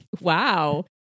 Wow